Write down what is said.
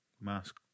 mask